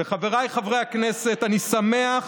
וחבריי חברי הכנסת, אני שמח,